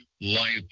life